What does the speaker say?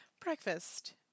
breakfast